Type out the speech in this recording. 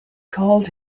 called